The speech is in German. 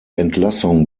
entlassung